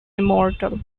immortal